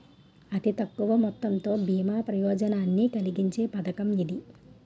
అతి తక్కువ మొత్తంతో బీమా ప్రయోజనాన్ని కలిగించే పథకం ఇది